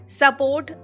support